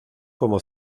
como